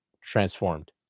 transformed